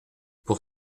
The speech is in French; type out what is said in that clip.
pour